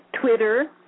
Twitter